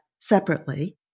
separately